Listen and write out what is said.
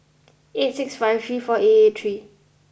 eight six five three four eight eight three